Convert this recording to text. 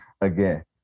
again